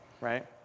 right